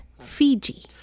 Fiji